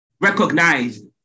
recognized